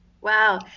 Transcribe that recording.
wow